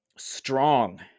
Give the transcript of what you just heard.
strong